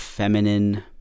Feminine